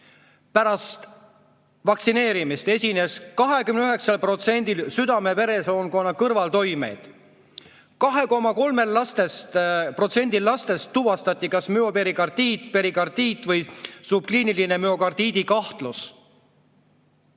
Pärast vaktsineerimist esines 29%-l südame-veresoonkonna kõrvaltoimeid. 2,3%-l lastest tuvastati kas müoperikardiit, perikardiit või subkliiniline müokardiidi kahtlus.